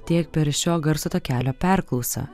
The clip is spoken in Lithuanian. tiek per šio garso takelio perklausą